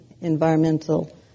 Environmental